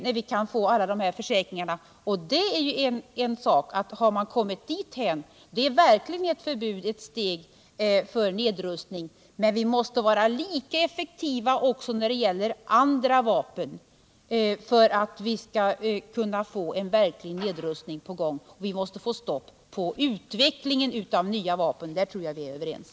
Har man kommit dithän är ett förbud verkligen ett steg mot nedrustning. Men vi måste vara lika effektiva också när det gäller andra vapen för att kunna få en verklig nedrustning. Vi måste få stopp på utvecklingen av nya vapen. Där tror jag vi är överens.